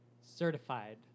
certified